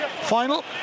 final